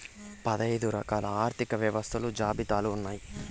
పదైదు రకాల ఆర్థిక వ్యవస్థలు జాబితాలు ఉన్నాయి